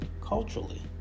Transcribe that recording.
culturally